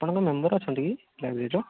ଆପଣ କ'ଣ ମେମ୍ବର୍ ଅଛନ୍ତି ଲାଇବ୍ରେରୀର